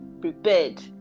prepared